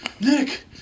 Nick